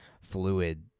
fluid